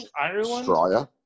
Ireland